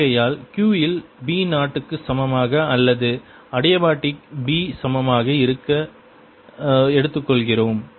ஆகையால் Q இல் B 0 க்கு சமமாக அல்லது அடிபயாடிக் B சமமாக இருக்க ஸ்லைடு நேரம் 2139 எடுத்துக்கொள்கிறோம்